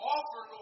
Offer